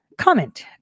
comment